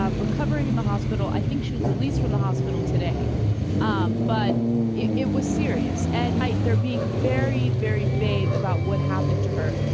um recovering in the hospital i think she was released from the hospital today um but it was serious and height they're being very very vague about what happened to her